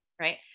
Right